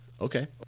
Okay